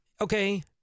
Okay